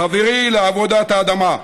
חברי לעבודת האדמה,